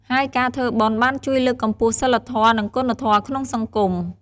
ហើយការធ្វើបុណ្យបានជួយលើកកម្ពស់សីលធម៌ និងគុណធម៌ក្នុងសង្គម។